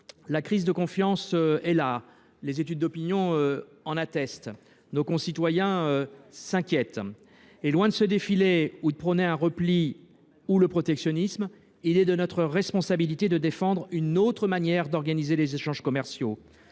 la crise de confiance est là, comme en attestent les études d’opinion. Nos concitoyens s’inquiètent. Loin de se défiler, de prôner le repli ou le protectionnisme, il est de notre responsabilité de défendre une autre manière d’organiser les échanges commerciaux.